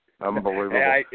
Unbelievable